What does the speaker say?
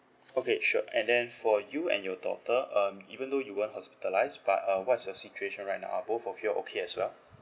okay sure and then for you and your daughter um even though you weren't hospitalised but uh what is your situation right now are both of you are okay as well